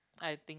I think